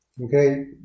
Okay